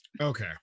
Okay